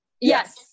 Yes